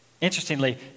Interestingly